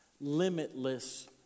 limitless